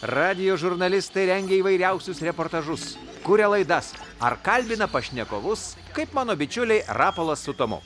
radijo žurnalistai rengia įvairiausius reportažus kuria laidas ar kalbina pašnekovus kaip mano bičiuliai rapolas su tomu